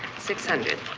six hundred.